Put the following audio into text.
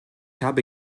habe